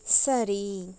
சரி